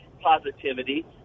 positivity